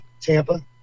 Tampa